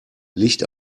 licht